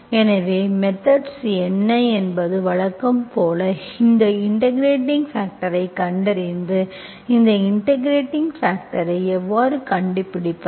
எனவே மெத்தெட்ஸ் என்ன என்பது வழக்கம் போல் எனவே இன்டெகிரெட்பாக்டர்ஐ கண்டறிந்து இந்த இன்டெகிரெட்பாக்டர்ஐ எவ்வாறு கண்டுபிடிப்பது